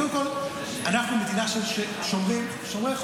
קודם כול אנחנו מדינה של שומרי חוק.